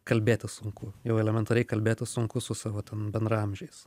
kalbėtis sunku jau elementariai kalbėtis sunku su savo ten bendraamžiais